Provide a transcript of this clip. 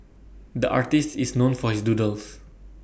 the artist is known for his doodles